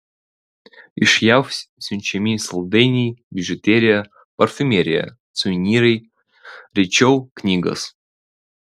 iš jav siunčiami saldainiai bižuterija parfumerija suvenyrai rečiau knygos